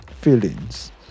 feelings